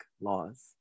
laws